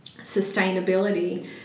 sustainability